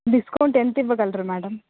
discount ఎంతివ్వగలరు madam